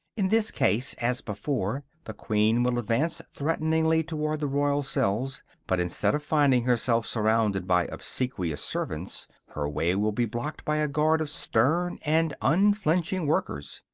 in this case, as before, the queen will advance threateningly towards the royal cells but instead of finding herself surrounded by obsequious servants, her way will be blocked by a guard of stern and unflinching workers.